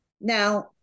Now